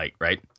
right